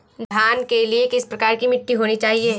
धान के लिए किस प्रकार की मिट्टी होनी चाहिए?